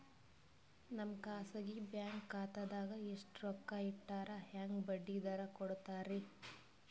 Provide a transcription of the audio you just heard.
ನಮ್ಮ ಖಾಸಗಿ ಬ್ಯಾಂಕ್ ಖಾತಾದಾಗ ಎಷ್ಟ ರೊಕ್ಕ ಇಟ್ಟರ ಹೆಂಗ ಬಡ್ಡಿ ದರ ಕೂಡತಾರಿ?